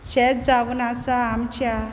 शेत जावन आसा आमच्या